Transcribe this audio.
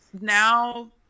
now